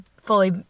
fully